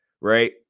right